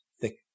thick